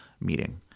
meeting